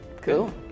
Cool